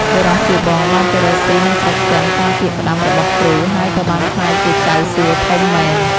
បុរសជាបងបានទៅរកស៊ីនៅស្រុកចិនតាមពាក្យផ្ដាំរបស់គ្រូ ហើយក៏បានក្លាយជាចៅសួធំមែន។